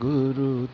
Guru